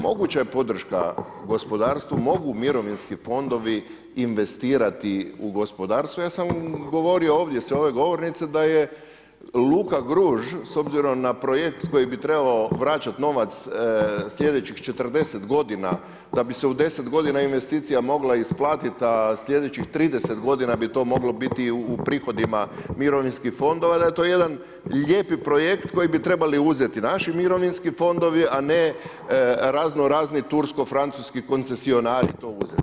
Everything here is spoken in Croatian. Moguća je podrška gospodarstvu, mogu mirovinski fondovi investirati u gospodarstvo, ja sam govorio ovdje sa ove govornice da je luka Gruž s obzirom na projekt koji bi trebao vraćati novac slijedećih 40 godina, da bi se u 10 godina investicija mogla isplatiti a slijedećih 30 godina bi to moglo biti u prihodima mirovinskih fondova, da je to jedan lijepi projekt koji bi trebali uzeti naši mirovinski fondovi a ne raznorazni tursko-francuski koncesionari to uzeti.